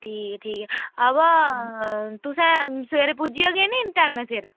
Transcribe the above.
ठीक ऐ ठीक ऐ अबा तुस सबेरै पुज्जी जाह्गे निं टैमें सिर